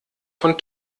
von